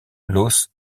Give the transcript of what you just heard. los